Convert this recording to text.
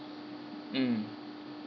mm